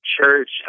church